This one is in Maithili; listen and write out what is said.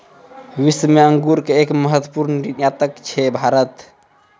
विश्व मॅ अंगूर के एक महत्वपूर्ण निर्यातक छै भारत